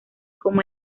como